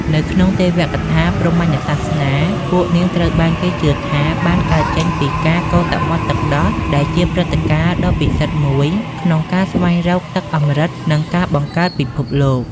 នៅក្នុងទេវកថាព្រហ្មញ្ញសាសនា ពួកនាងត្រូវបានគេជឿថាបានកើតចេញពីការ កូរសមុទ្រទឹកដោះ ដែលជាព្រឹត្តិការណ៍ដ៏ពិសិដ្ឋមួយក្នុងការស្វែងរកទឹកអម្រឹត និងការបង្កើតពិភពលោក។